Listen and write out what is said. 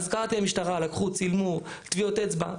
קראתי למשטרה, לקחו, צילמו, טביעות אצבע.